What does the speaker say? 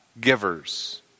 givers